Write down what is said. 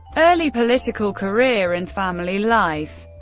early political career and family life